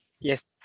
Yes